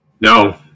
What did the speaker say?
No